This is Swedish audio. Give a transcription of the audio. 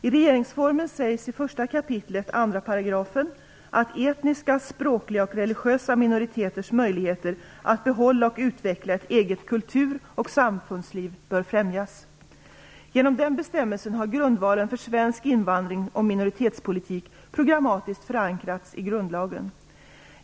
I regeringsformen sägs i 1 kap. 2 § att etniska, språkliga och religiösa minoriteters möjligheter att behålla och utveckla ett eget kultur och samfundsliv bör främjas. Genom den bestämmelsen har grundvalen för svensk invandrings och minoritetspolitik programmatiskt förankrats i grundlagen.